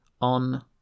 on